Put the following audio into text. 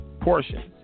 portions